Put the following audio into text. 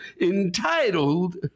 entitled